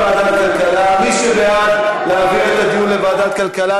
מי שבעד להעביר את הדיון לוועדת הכלכלה,